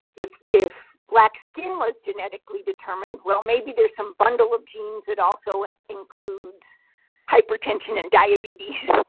if if black skin was genetically determined, well maybe there's some bundle of genes that also include hypertension and diabetes,